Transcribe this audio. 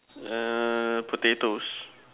err potatoes